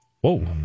Whoa